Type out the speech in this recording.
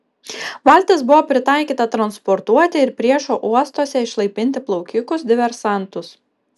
valtis buvo pritaikyta transportuoti ir priešo uostuose išlaipinti plaukikus diversantus